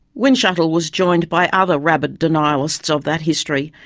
windschuttle was joined by other rabid denialists of that history,